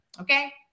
Okay